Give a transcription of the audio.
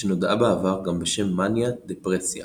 שנודעה בעבר גם בשם מאניה דפרסיה